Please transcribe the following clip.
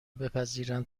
بپذیرند